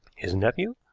his nephew?